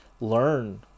learn